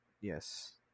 Yes